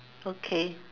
okay